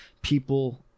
people